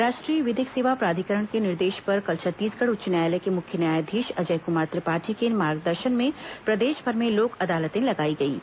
राष्ट्रीय विधिक सेवा प्राधिकरण के निर्देश पर कल छत्तीसगढ़ उच्च न्यायालय के मुख्य न्यायाधीश अजय कुमार त्रिपाठी के मार्गदर्शन में प्रदेशभर में लोक अदालतें लगाई गईं